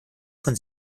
von